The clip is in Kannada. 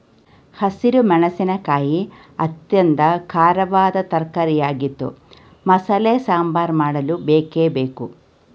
ಹಸಿರು ಮೆಣಸಿನಕಾಯಿ ಅತ್ಯಂತ ಖಾರವಾದ ತರಕಾರಿಯಾಗಿದ್ದು ಮಸಾಲೆ ಸಾಂಬಾರ್ ಮಾಡಲು ಬೇಕೇ ಬೇಕು